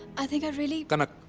i think i really. kanak,